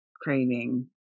craving